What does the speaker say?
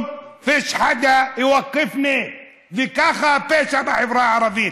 אמר להם: אין אף אחד שיעצור אותי.) וככה הפשע בחברה הערבית,